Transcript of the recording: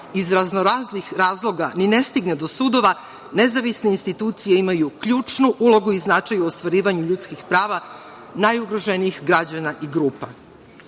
iz raznoraznih razloga ni ne stigne do sudova, nezavisne institucije imaju ključnu ulogu i značaj u ostvarivanju ljudskih prava, najugroženijih građana i grupa.U